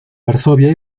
varsovia